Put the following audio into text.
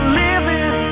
living